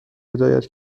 هدایت